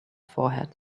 forehead